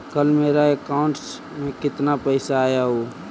कल मेरा अकाउंटस में कितना पैसा आया ऊ?